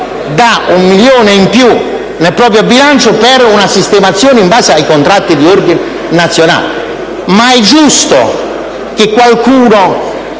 un milione in più nel proprio bilancio per una sistemazione in base ai contratti di ordine nazionale, ma è giusto che si abbiano